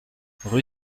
rue